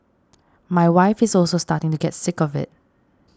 my wife is also starting to get sick of it